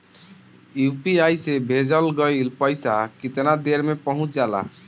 UPI से भेजल गईल पईसा कितना देर में पहुंच जाला?